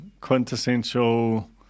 quintessential –